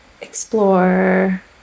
explore